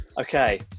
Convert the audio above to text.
Okay